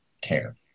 care